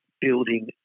building